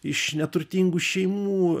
iš neturtingų šeimų